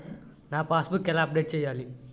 నా passbook ఎలా update చేయాలి?